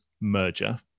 merger